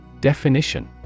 Definition